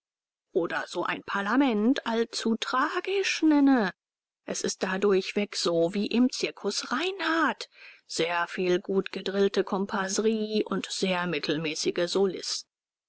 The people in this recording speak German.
oder so ein parlament allzu tragisch nehme es ist da durchweg so wie im zirkus reinhardt sehr viel gutgedrillte komparserie und sehr mittelmäßige solisten